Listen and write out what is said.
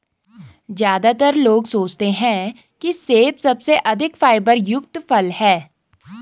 ज्यादातर लोग सोचते हैं कि सेब सबसे अधिक फाइबर युक्त फल है